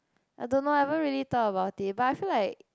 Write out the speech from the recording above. I don't know I haven't really thought about it but I feel like